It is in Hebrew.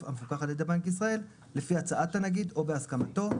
המפוקח על ידי בנק ישראל לפי הצעת הנגיד או בהסכמתו,